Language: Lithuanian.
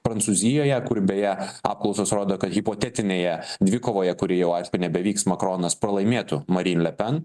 prancūzijoje kur beje apklausos rodo kad hipotetinėje dvikovoje kuri jau nebevyks makronas pralaimėtų mari le pen